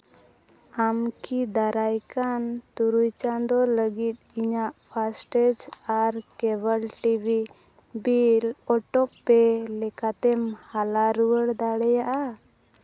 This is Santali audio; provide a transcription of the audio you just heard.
ᱟᱢ ᱠᱤ ᱫᱟᱨᱟᱭ ᱠᱟᱱ ᱛᱩᱨᱩᱭ ᱪᱟᱸᱫᱳ ᱞᱟᱹᱜᱤᱫ ᱤᱧᱟᱹᱜ ᱯᱷᱟᱥᱴᱮᱡᱽ ᱟᱨ cable TV bill auto pay ᱞᱮᱠᱟᱛᱮᱢ ᱦᱟᱞᱟ ᱨᱩᱣᱟᱹᱲ ᱫᱟᱲᱮᱭᱟᱜᱼᱟ